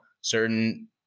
certain